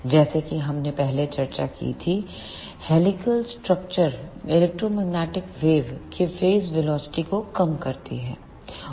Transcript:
जैसा कि हमने पहले चर्चा की थी कि यह helical structure electromagnetic wave electromagnetic wave के फेज वेलोसिटी को कम करती है